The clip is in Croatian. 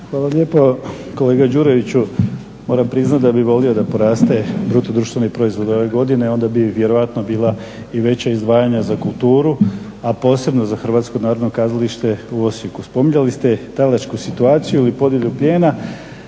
Hvala lijepo. Kolega Đuroviću, moram priznati da bih volio da poraste BDP ove godine, onda bi vjerojatno bila i veća izdvajanja za kulturu, a posebno za HNK u Osijeku. Spominjali ste talačku situaciju i podjelu plijena,